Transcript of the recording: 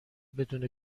بدون